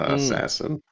assassin